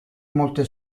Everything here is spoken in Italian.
molte